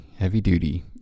heavy-duty